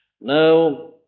Now